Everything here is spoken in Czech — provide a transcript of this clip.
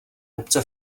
obce